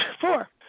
four